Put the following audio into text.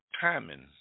timing